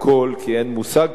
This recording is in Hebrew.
כי אין מושג כזה,